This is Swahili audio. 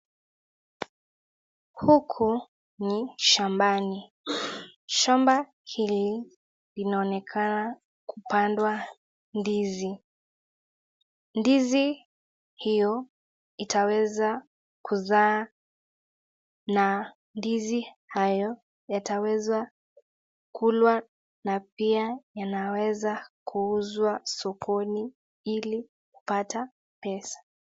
Huku ni shambani. Shamba hili linaonekana kupandwa ndizi. Ndizi hiyo itaweza kuzaa na ndizi hayo yatawezwa kulwa na pia yanaweza kuuzwa sokoni ili kupata pesa.